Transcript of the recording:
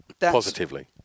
Positively